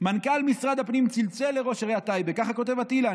"מנכ"ל משרד הפנים צלצל לראש עיריית טייבה" ככה כותב אטילה,